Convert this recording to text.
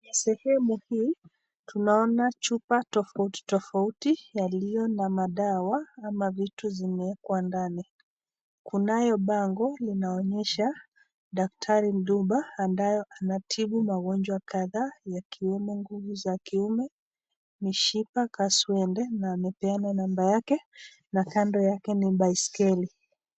Sehemu hii tunaona chupa tofauti tofauti yaliyo na madawa ama vitu zimewekwa ndani kunayo bango inaonyesha daktari Mduba ambaye anatibu magonjwa kadhaa ya kiume, nguvu za kiume, mishipa, kaswende na amepeana namba yake kando na yake ni baiskeli.